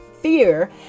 fear